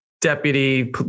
deputy